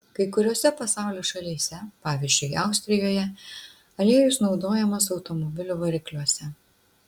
kai kuriose pasaulio šalyse pavyzdžiui austrijoje aliejus naudojamas automobilių varikliuose